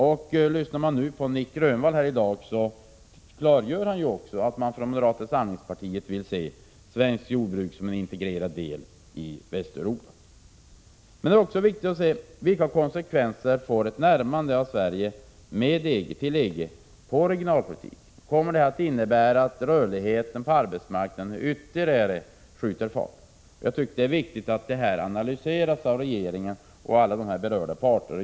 Nic Grönvall har här i dag klargjort att moderata samlingspartiet vill se svenskt jordbruk som en integrerad del av det västeuropeiska. Det är viktigt att se vilka konsekvenser ett närmande av Sverige till EG kan få när det gäller regionalpolitiken. Kommer det att innebära att rörligheten på arbetsmarknaden ytterligare skjuter fart? Det är alltså viktigt att detta analyseras av regeringen och alla berörda parter.